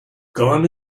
gone